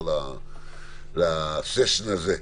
לא לסשן הזה.